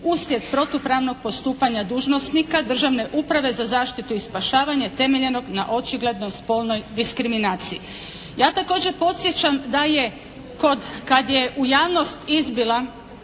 uslijed protupravnog postupanja dužnosnika, državne uprave za zaštitu i spašavanje temeljenog na očigledno spolnoj diskriminaciji. Ja također podsjećam da je kod, kad je u javnost izbila,